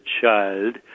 child